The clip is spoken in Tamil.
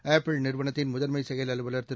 ஆப்பிள் நிறுவனத்தின் முதன்மைச் செயல் அலுவல் திரு